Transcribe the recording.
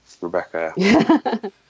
Rebecca